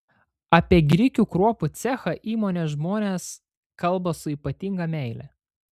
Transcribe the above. apie grikių kruopų cechą įmonės žmonės kalba su ypatinga meile